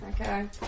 Okay